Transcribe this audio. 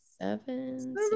Seven